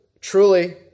truly